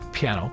piano